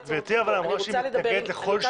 אבל גברתי אמרה שהיא מתנגדת לכל שינוי בהצעת החוק.